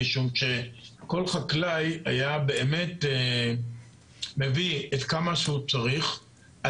משום שכל חקלאי היה באמת מביא את כמה שהוא צריך,